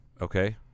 Okay